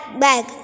bag